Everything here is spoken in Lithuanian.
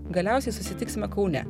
galiausiai susitiksime kaune